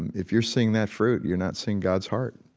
if you're seeing that fruit, you're not seeing god's heart.